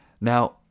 Now